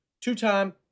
Two-time